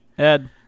Ed